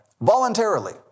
voluntarily